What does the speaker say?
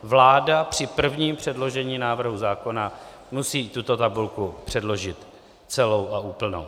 Vláda při prvním předložení návrhu zákona musí tuto tabulku předložit celou a úplnou.